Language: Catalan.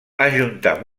ajuntar